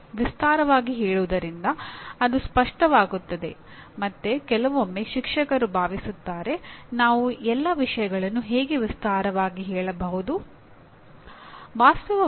ಕಾರ್ಯಕ್ರಮಗಳನ್ನು ನೀಡುವ ವಿಶ್ವವಿದ್ಯಾಲಯಗಳು ಕಾಲೇಜುಗಳು "ಗುರಿಗಳನ್ನು" ಗುರುತಿಸುತ್ತವೆ ಮತ್ತು ನಾವು ಅವುಗಳನ್ನು "ಪ್ರೋಗ್ರಾಮ್ ಪರಿಣಾಮ" ಗುರುತಿಸುತ್ತವೆ